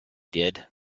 did